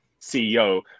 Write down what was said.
CEO